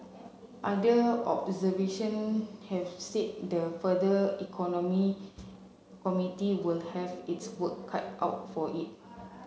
other observation have said the farther economy committee will have its work cut out for it